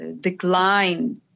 decline